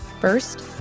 First